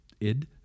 id